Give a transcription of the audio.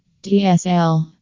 DSL